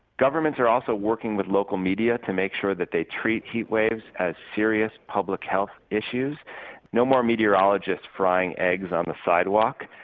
governments are also working with local media to make sure that they treat heat waves as serious public health issues no more meteorologists frying eggs on the sidewalk.